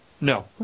no